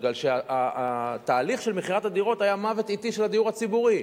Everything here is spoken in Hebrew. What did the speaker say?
מפני שהתהליך של מכירת הדירות היה מוות אטי של הדיור הציבורי.